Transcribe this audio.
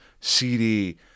CD